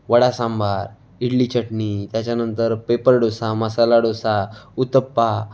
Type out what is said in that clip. वडा सांबार इडली चटणी त्याच्यानंतर पेपर डोसा मसाला डोसा उतप्पा